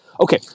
okay